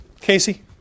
Casey